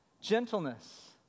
gentleness